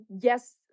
yes